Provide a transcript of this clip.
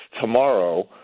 tomorrow